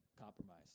compromise